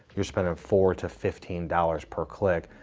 you're spending four to fifteen dollars per click,